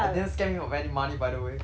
I didn't scam him of any money by the way